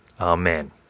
Amen